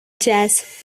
jazz